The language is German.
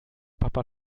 papa